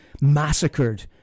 massacred